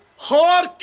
heart?